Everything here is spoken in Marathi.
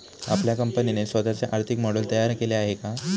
आपल्या कंपनीने स्वतःचे आर्थिक मॉडेल तयार केले आहे का?